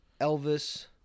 Elvis